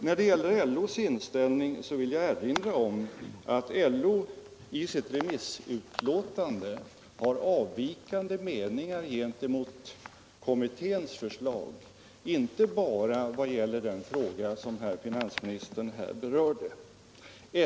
När det gäller LO:s inställning vill jag erinra om att LO i sitt remissutlåtande har framfört avvikande meningar i förhållande till kommitténs förslag inte bara när det gäller den fråga som finansministern här berörde.